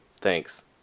Thanks